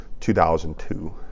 2002